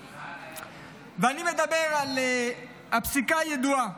ואני מדבר על הפסיקה הידועה,